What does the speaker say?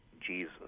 Jesus